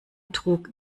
trug